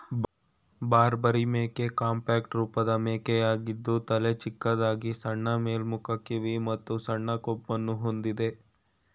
ಬಾರ್ಬರಿ ಮೇಕೆ ಕಾಂಪ್ಯಾಕ್ಟ್ ರೂಪದ ಮೇಕೆಯಾಗಿದ್ದು ತಲೆ ಚಿಕ್ಕದಾಗಿ ಸಣ್ಣ ಮೇಲ್ಮುಖ ಕಿವಿ ಮತ್ತು ಸಣ್ಣ ಕೊಂಬನ್ನು ಹೊಂದಿದೆ